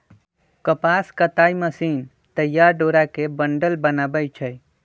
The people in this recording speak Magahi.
कपास कताई मशीन तइयार डोरा के बंडल बनबै छइ